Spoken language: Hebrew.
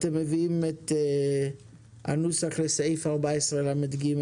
אתם מביאים את הנוסח לסעיף 14לג,